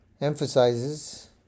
emphasizes